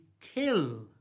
kill